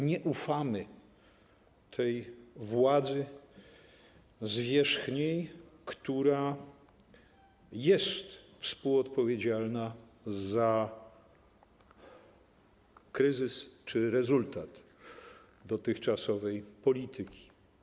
Nie ufamy tej władzy zwierzchniej, która jest współodpowiedzialna za kryzys czy rezultat dotychczasowej polityki.